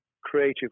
creative